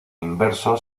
inverso